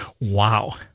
Wow